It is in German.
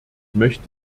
möchte